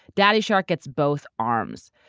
daddy shark gets both arms.